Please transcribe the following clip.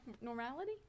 normality